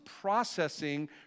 processing